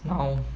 now